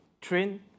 Train